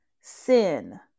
Sin